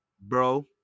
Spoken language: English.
Bro